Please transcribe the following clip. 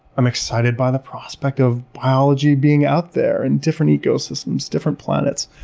i'm excited by the prospect of biology being out there and different ecosystems, different planets.